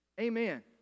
Amen